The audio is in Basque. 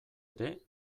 ere